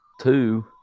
Two